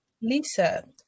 lisa